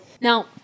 Now